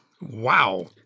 Wow